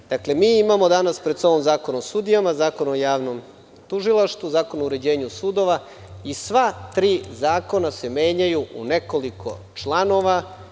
Mi danas imamo pred sobom Zakon o sudijama, Zakon o javnom tužilaštvu, Zakon o uređenju sudova i sva tri zakona se menjaju u nekoliko članova.